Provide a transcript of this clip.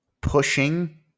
pushing